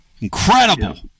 Incredible